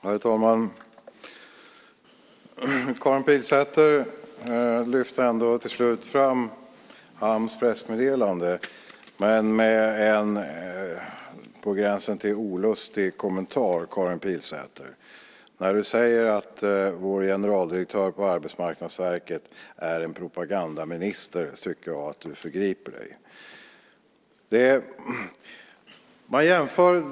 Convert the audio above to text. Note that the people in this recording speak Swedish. Herr talman! Karin Pilsäter lyfte till slut fram Ams pressmeddelande, men med en på gränsen till olustig kommentar. När du säger att vår generaldirektör på Arbetsmarknadsverket är en propagandaminister tycker jag att du förgriper dig.